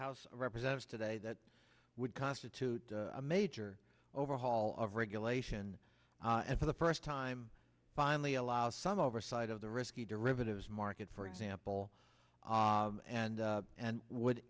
florida represents today that would constitute a major overhaul of regulation and for the first time finally allow some oversight of the risky derivatives market for example and and would